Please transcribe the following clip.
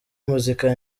muzika